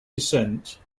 descent